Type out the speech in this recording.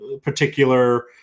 particular